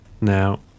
now